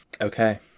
Okay